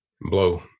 blow